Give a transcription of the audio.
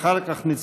לאחר מכן,